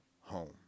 home